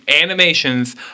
animations